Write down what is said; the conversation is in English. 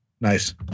Nice